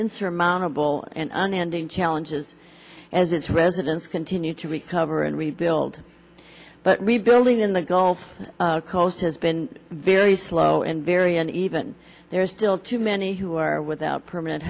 insurmountable and on ending challenges as its residents continue to recover and rebuild but rebuilding in the gulf coast has been very slow and very uneven there are still too many who are without permanent